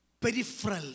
peripheral